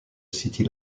city